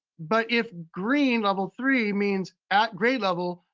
but if green, level three, means at grade level.